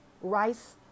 rice